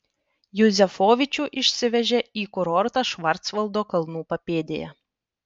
juzefovičių išvežė į kurortą švarcvaldo kalnų papėdėje